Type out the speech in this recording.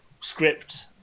script